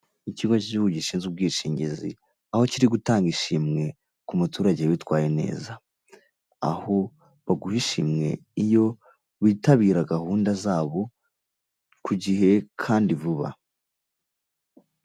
Ikigo cy'igihugu gishinzwe ubwishingizi, aho kiri gutanga ishimwe ku muturage witwaye neza; aho baguha ishimwe iyo witabira gahunda zabo ku gihe kandi vuba.